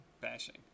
bashing